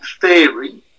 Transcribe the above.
theory